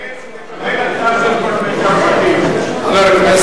תקבל הצעה של פרלמנטר ותיק,